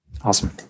Awesome